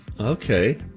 Okay